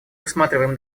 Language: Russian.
усматриваем